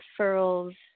referrals